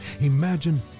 Imagine